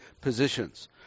positions